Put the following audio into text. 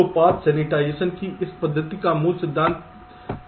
तो path sanitisation की इस पद्धति का मूल सिद्धांत इस तरह है